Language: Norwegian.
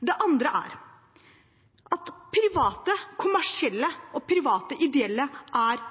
Det andre er at private kommersielle og private ideelle